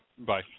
Bye